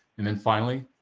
and then finally,